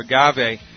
agave